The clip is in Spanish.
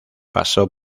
pasó